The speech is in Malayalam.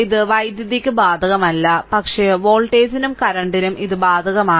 ഇത് വൈദ്യുതിക്ക് ബാധകമല്ല പക്ഷേ വോൾട്ടേജിനും കറന്റിനും ഇത് ബാധകമാണ്